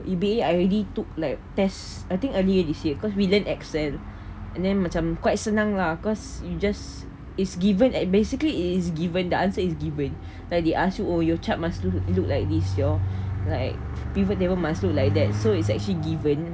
E_B_A I already took like test I think earlier this year cause we learn excel and then macam quite senang lah cause you just is given at basically it is given the answer is given like they ask you oh your chart must look look like you all like pivot table must look like that so it's actually given